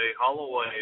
Holloway